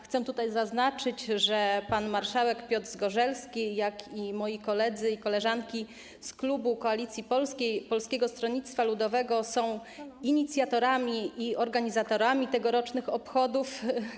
Chcę tutaj zaznaczyć, że zarówno pan marszałek Piotr Zgorzelski, jak i moi koledzy i koleżanki z klubu Koalicji Polskiej - Polskiego Stronnictwa Ludowego są inicjatorami i organizatorami tegorocznych obchodów.